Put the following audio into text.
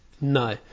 No